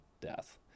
death